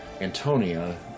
Antonia